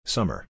Summer